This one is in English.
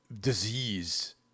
disease